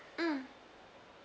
mm